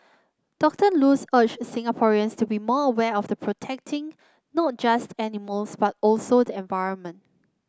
Doctor Luz urged Singaporeans to be more aware of the protecting not just animals but also the environment